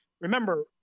remember